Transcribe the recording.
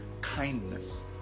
kindness